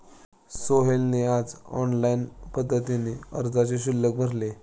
सोहेलने आज ऑनलाईन पद्धतीने अर्जाचे शुल्क भरले